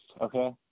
okay